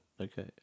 Okay